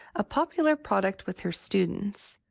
a popular product with her students.